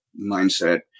mindset